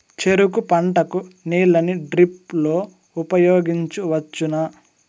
చెరుకు పంట కు నీళ్ళని డ్రిప్ లో ఉపయోగించువచ్చునా?